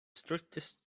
strictest